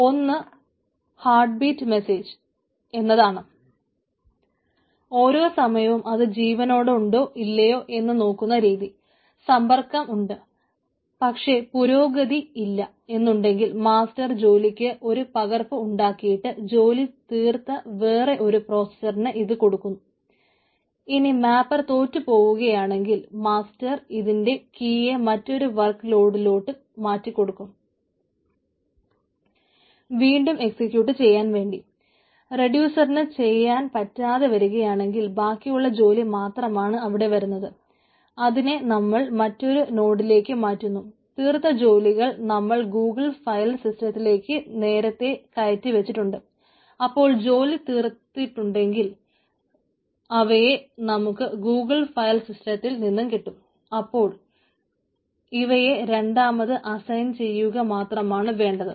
ഒന്ന് heart beat message ചെയ്യുകമാത്രമാണ് വേണ്ടത്